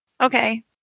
Okay